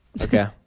Okay